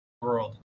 World